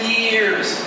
years